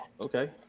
okay